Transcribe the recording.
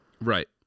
Right